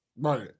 right